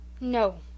No